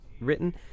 written